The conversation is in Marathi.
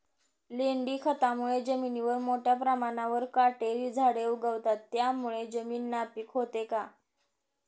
लेंडी खतामुळे जमिनीवर मोठ्या प्रमाणावर काटेरी झाडे उगवतात, त्यामुळे जमीन नापीक होते का?